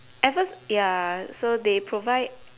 at first ya so they provide